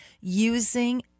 using